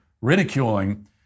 ridiculing